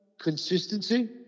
consistency